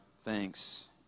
thanks